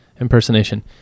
impersonation